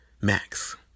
max